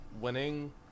winning